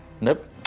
Nope